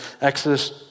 Exodus